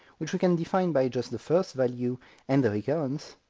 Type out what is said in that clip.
which we can define by just the first value and the recurrence,